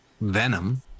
venom